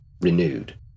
renewed